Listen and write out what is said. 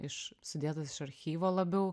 iš sudėtas iš archyvo labiau